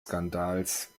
skandals